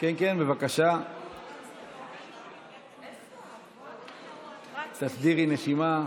תסדירי נשימה.